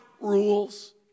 rules